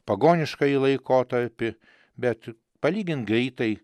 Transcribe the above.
pagoniškąjį laikotarpį bet palygint greitai